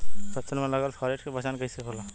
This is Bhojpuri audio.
फसल में लगल फारेस्ट के पहचान कइसे होला?